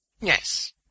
Yes